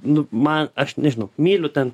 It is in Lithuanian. nu man aš nežinau myliu ten